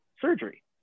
surgery